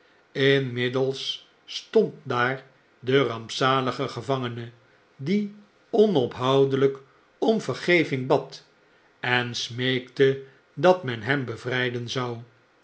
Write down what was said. inmiddels stond daar de rampzalige gevangene die onophoudelgk om vergeving bad en smeekte dat men hem bevrgden zou